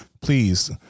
Please